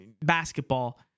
basketball